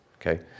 okay